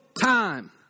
time